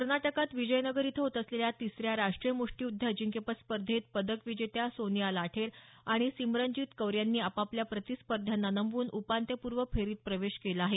कर्नाटकात विजयनगर इथं होत असलेल्या तिसऱ्या राष्टीय मृष्टीयुद्ध अजिंक्यपद स्पर्धेत पदकविजेत्या सोनिया लाठेर आणि सिमरनजीत कौर यांनी आपापल्या प्रतिस्पर्ध्यांना नमवून उपांत्यपूर्व फेरीत प्रवेश केला आहे